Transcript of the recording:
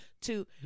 to-